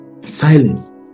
silence